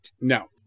No